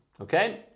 okay